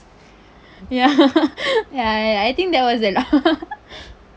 ya ya ya ya I I think that was it lah